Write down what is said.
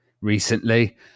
recently